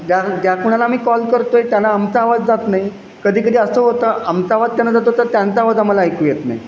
ज्या ज्या कुणाला आम्ही कॉल करतो आहे त्यांना आमचा आवाज जात नाही कधी कधी असं होतं आमचा आवाज त्यांना जातो तर त्यांचा आवाज आम्हाला ऐकू येत नाही